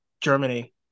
Germany